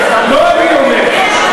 לא אני אומר.